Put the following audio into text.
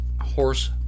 horse